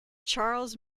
charles